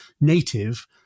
native